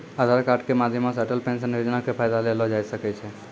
आधार कार्ड के माध्यमो से अटल पेंशन योजना के फायदा लेलो जाय सकै छै